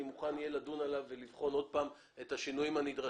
אני אהיה מוכן לדון עליו ולבחון עוד פעם את השינויים הנדרשים,